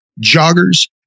joggers